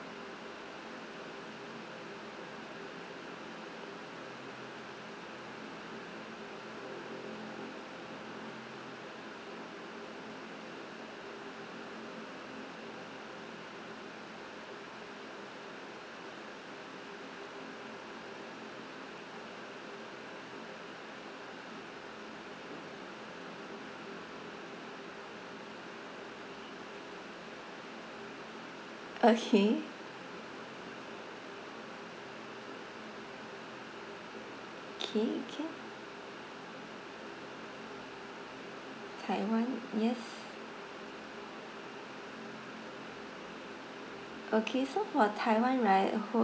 okay okay can taiwan yes okay so for taiwan right ho~